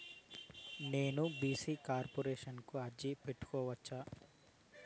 నేను BC corporation కు అర్జీ పెట్టుకోవచ్చా?